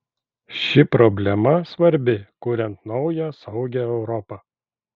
ši problema svarbi kuriant naują saugią europą